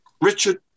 richard